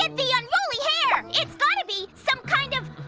and the unruly hair. it's gotta be some kind of.